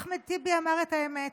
אחמד טיבי אמר את האמת.